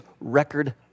record